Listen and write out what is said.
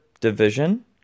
division